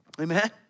Amen